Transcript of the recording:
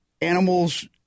animals